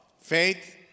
faith